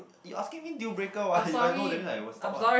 you asking me deal breaker [what] if I know that means I will stop ah